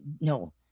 no